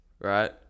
right